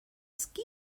ski